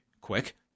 quick